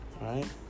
right